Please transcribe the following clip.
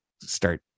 start